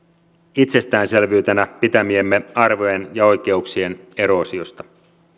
itsestäänselvyytenä pitämiemme arvojen ja oikeuksien eroosiosta